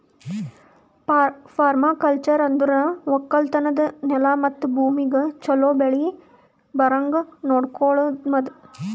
permaculture ಅಂದುರ್ ಒಕ್ಕಲತನದ್ ನೆಲ ಮತ್ತ ಭೂಮಿಗ್ ಛಲೋ ಬೆಳಿ ಬರಂಗ್ ನೊಡಕೋಮದ್